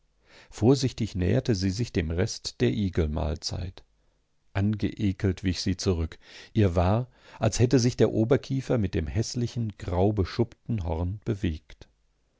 vorsichtig näherte sie sich dem rest der igelmahlzeit angeekelt wich sie zurück ihr war als hätte sich der oberkiefer mit dem häßlichen graubeschuppten horn bewegt